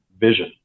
vision